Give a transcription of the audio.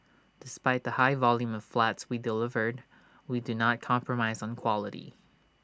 despite the high volume of flats we delivered we do not compromise on quality